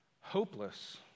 Hopeless